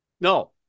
No